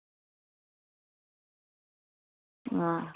हां